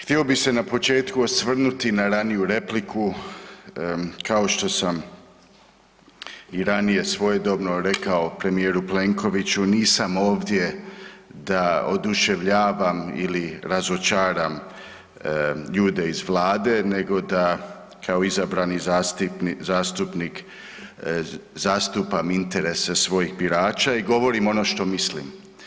Htio bi se na početku osvrnuti na raniju repliku kao što sam i ranije svojedobno rekao premijeru Plenkoviću, nisam ovdje da oduševljavam ili razočaram ljude iz Vlade, nego da kao izabrani zastupnik zastupam interese svojih birača i govorim ono što mislim.